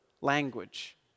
language